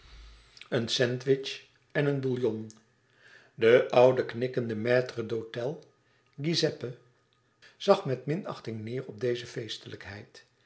een sandwich en een bouillon de oude knikkende maitre dhôtel giuseppe zag met minachting neêr op deze feestelijkheid